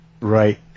right